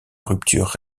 rupture